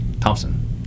Thompson